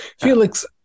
Felix